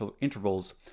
intervals